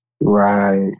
Right